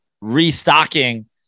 restocking